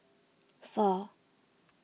four